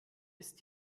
ist